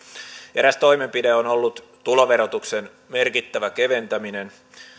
eräs toimenpide on ollut tuloverotuksen merkittävä keventäminen